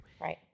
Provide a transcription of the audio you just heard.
Right